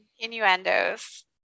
innuendos